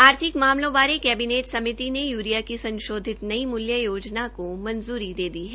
आर्थिक मामलों बारे केबिनेट समिति ने यूरिया की संशोधित नई मूल्य योजना को मंजूरी दे दी है